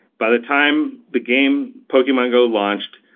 by the time the game pokemon go launched,